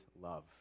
love